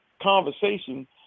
conversation